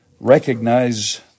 Recognize